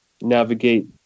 navigate